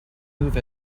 move